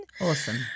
Awesome